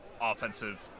offensive